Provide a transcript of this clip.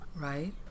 Right